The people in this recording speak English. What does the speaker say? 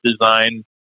design